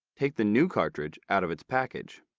take the new cartridge out of its package.